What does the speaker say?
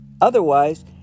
Otherwise